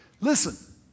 Listen